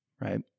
right